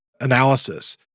analysis